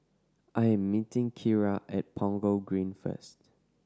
I am meeting Kira at Punggol Green first